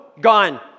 gone